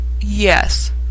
Yes